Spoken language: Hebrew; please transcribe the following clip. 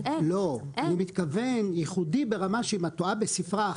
אני מתכוון ייחודי ברמה שאם את טועה בספרה אחת,